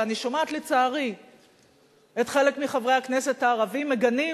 ואני שומעת לצערי חלק מחברי הכנסת הערבים מגנים